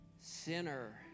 sinner